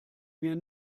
mir